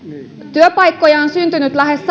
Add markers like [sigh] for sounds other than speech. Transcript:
työpaikkoja on syntynyt lähes [unintelligible]